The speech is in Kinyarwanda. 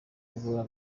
kubura